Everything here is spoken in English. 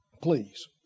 please